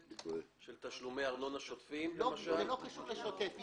של תשלומי ארנונה שוטפים --- זה לא קשור לשוטף.